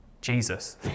Jesus